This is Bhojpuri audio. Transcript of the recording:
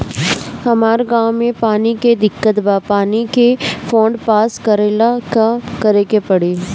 हमरा गॉव मे पानी के दिक्कत बा पानी के फोन्ड पास करेला का करे के पड़ी?